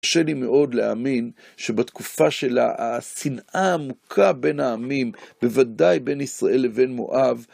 קשה לי מאוד להאמין שבתקופה של השנאה העמוקה בין העמים, בוודאי בין ישראל לבין מואב,